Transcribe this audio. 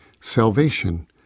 salvation